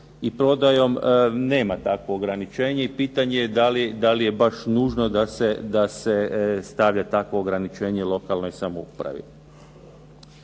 i prodajom nema takvo ograničenje. I pitanje je da li je baš nužno da se stavlja takvo ograničenje lokalnoj samoupravi?